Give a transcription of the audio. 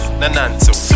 nananto